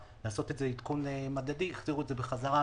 לעשות את זה עדכון מדדי והחזירו את זה בחזרה,